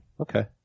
Okay